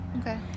okay